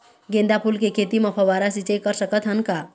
गेंदा फूल के खेती म फव्वारा सिचाई कर सकत हन का?